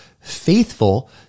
faithful